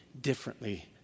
differently